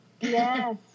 Yes